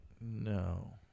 no